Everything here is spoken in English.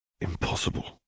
Impossible